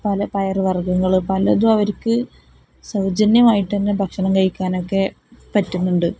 പല പയറുവർഗ്ഗങ്ങള് പലതും അവര്ക്കു സൗജന്യമായിട്ടുതന്നെ ഭക്ഷണം കഴിക്കാനൊക്കെ പറ്റുന്നുണ്ട്